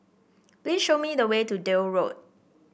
please show me the way to Deal Road